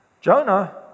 Jonah